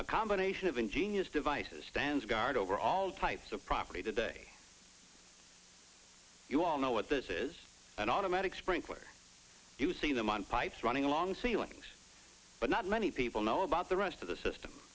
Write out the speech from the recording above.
a combination of ingenious devices stands guard over all types of property today you all know what this is an automatic sprinkler using them on pipes running along ceilings but not many people know about the rest of the system